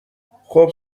خوب